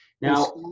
Now